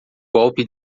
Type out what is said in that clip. golpe